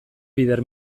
bider